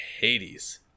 Hades